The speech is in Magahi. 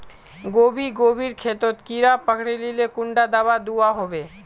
गोभी गोभिर खेतोत कीड़ा पकरिले कुंडा दाबा दुआहोबे?